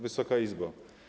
Wysoka Izbo!